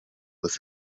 with